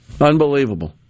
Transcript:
Unbelievable